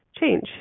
change